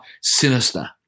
sinister